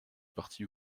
parti